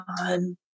on